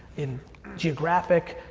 in geographic,